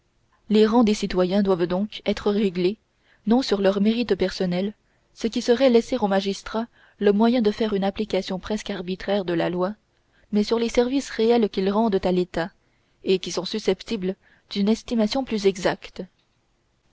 les rangs des citoyens doivent donc être réglés non sur leur mérite personnel ce qui serait laisser au magistrat le moyen de faire une application presque arbitraire de la loi mais sur les services réels qu'ils rendent à l'état et qui sont susceptibles d'une estimation plus exacte